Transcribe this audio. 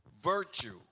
virtue